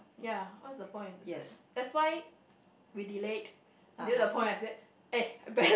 yes (uh huh)